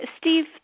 Steve